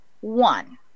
one